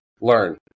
learn